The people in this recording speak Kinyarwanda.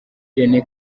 irene